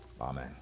Amen